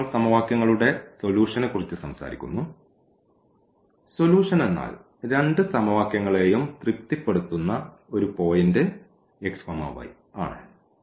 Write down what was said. ഇപ്പോൾ സമവാക്യങ്ങളുടെ സൊലൂഷനെക്കുറിച്ച് സംസാരിക്കുന്നു സൊലൂഷൻ എന്നാൽ രണ്ട് സമവാക്യങ്ങളെയും തൃപ്തിപ്പെടുത്തുന്ന ഒരു പോയിന്റ് x y എന്നാണ്